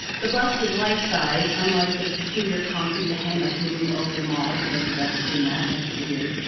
the bust is life size, unlike the peculiar concrete behemoth looming over the mall, if any of you have ever seen that. and it's weird,